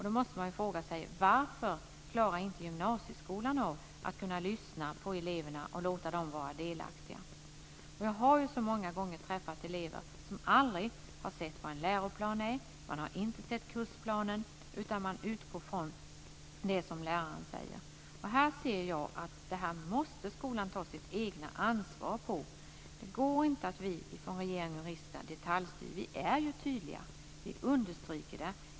Då måste man fråga sig: Varför klarar gymnasieskolan inte av att lyssna på eleverna och låta dem vara delaktiga? Jag har många gånger träffat elever som aldrig har sett vad en läroplan är. De har inte sett kursplanen, utan de utgår från det som läraren säger. Här måste skolan ta sitt eget ansvar. Det går inte att vi från regering och riksdag detaljstyr. Vi är ju tydliga. Vi understryker det.